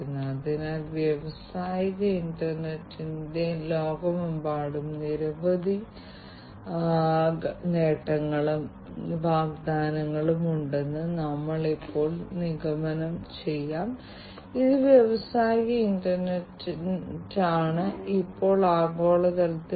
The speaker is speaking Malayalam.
RFID ടാഗുകൾ ഉപയോഗിച്ച് വ്യാവസായിക വർക്ക്സ്പെയ്സിലോ അല്ലെങ്കിൽ വ്യത്യസ്ത കെട്ടിടങ്ങൾ വീടുകളിലും മറ്റും തീപിടിത്തങ്ങൾ തത്സമയം നിരീക്ഷിക്കൽ കൂടാതെ വ്യത്യസ്ത ഇൻകമിംഗ് ഡിസർട്ടറുകളെക്കുറിച്ചുള്ള മുൻകൂർ മുന്നറിയിപ്പ് എന്നിവയും സാധ്യമാകും